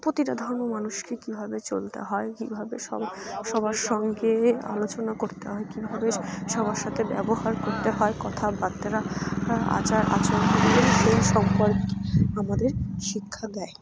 প্রতিটা ধর্ম মানুষকে কীভাবে চলতে হয় কীভাবে সব সবার সঙ্গে আলোচনা করতে হয় কীভাবে সবার সাথে ব্যবহার করতে হয় কথাবার্তা আচার আচরণ কর সেই সম্পর্কে আমাদের শিক্ষা দেয়